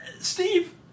steve